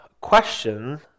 question